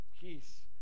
Peace